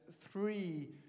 three